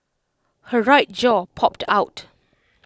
her right jaw popped out